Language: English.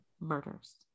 murders